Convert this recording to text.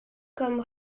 comme